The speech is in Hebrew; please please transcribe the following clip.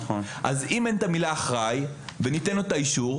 אם אין את המילה אחראי וניתן לו את האישור,